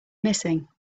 missing